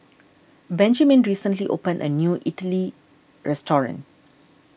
Benjiman recently opened a new Idili restaurant